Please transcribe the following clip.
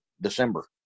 December